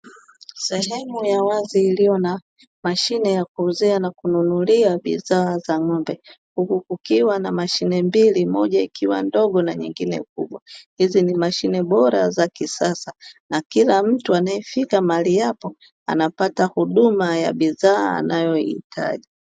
Sehemu ya wazi iliyo na mashine ya kuuzia na kununulia bidhaa za ng'ombe, huku kukiwa na mashime mbili, moja ikiwa ndogo na nyingine kubwa. Hizi ni mashine bora za kisasa kila mtu anapofika mahali hapo anapata huduma ya bidhaa anayo ihitaji.